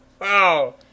Wow